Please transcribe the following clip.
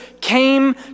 came